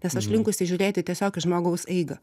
nes aš linkusi žiūrėti tiesiog į žmogaus eigą